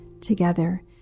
together